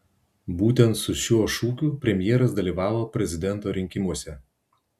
būtent su šiuo šūkiu premjeras dalyvavo prezidento rinkimuose